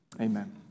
Amen